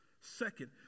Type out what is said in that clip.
Second